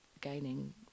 Gaining